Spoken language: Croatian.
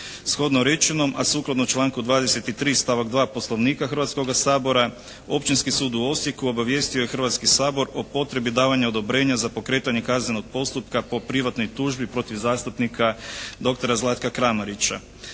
Shodno rečenom, a sukladno članku 23. stavak 2. Poslovnika Hrvatskoga sabora Općinski sud u Osijeku obavijestio je Hrvatski sabor o potrebi davanja odobrenja za pokretanje kaznenog postupka po privatnoj tužbi protiv zastupnika doktora Zlatka Kramarića.